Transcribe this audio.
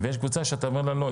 -- ויש קבוצה שאתה אומר לה: לא,